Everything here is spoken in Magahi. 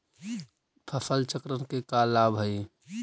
फसल चक्रण के का लाभ हई?